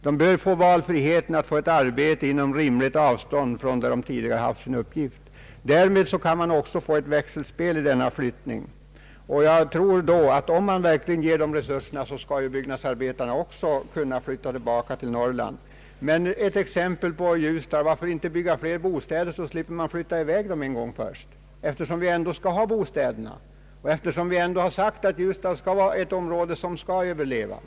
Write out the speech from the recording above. De bör få valfrihet till arbete inom rimligt avstånd från den plats där de tidigare varit sysselsatta. Jag tror att om man verkligen ställer resurser till förfogande, kan byggnadsarbetarna också flytta tillbaka till Norrland. Vad Ljusdal beträffar återigen, varför kan man inte bygga bostäder nu så att man slipper flytta i väg dem, eftersom man ändå skall ha bostäder där? Vi har ändå sagt att Ljusdal är ett område som skall överleva.